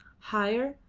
higher,